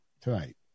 tonight